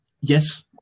yes